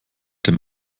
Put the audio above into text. dem